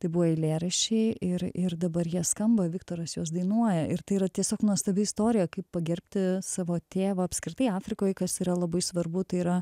tai buvo eilėraščiai ir ir dabar jie skamba viktoras juos dainuoja ir tai yra tiesiog nuostabi istorija kaip pagerbti savo tėvą apskritai afrikoj kas yra labai svarbu tai yra